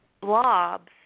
blobs